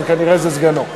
אבל נראה שזה סגנו.